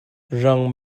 rang